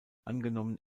angenommen